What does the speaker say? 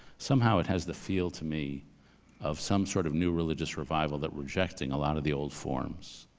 somehow it has the feel to me of some sort of new religious revival that rejecting a lot of the old forms,